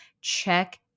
check